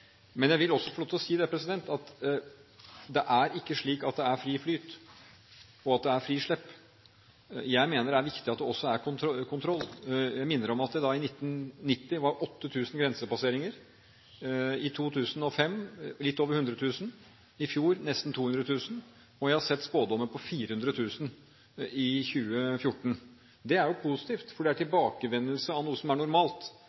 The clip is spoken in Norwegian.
Men jeg vil også få lov til å si at det er ikke slik at det er fri flyt, og at det er frislepp. Jeg mener det er viktig at det også er kontroll. Jeg minner om at det i 1990 var 8 000 grensepasseringer, i 2005 litt over 100 000, i fjor nesten 200 000, og jeg har sett spådommer om 400 000 i 2014. Det er positivt, for det er tilbakevendelse av noe som er normalt.